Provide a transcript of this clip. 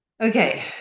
Okay